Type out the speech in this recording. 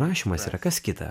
rašymas yra kas kita